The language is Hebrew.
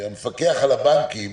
שהמפקח על הבנקים